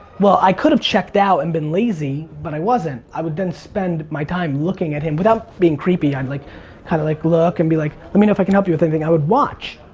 well, i could have checked out and been lazy, but i wasn't. i would then spend my time looking at him, without being creepy. i'd like kind of like look and be like, let me know if i can help you with anything. i would watch.